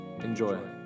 Enjoy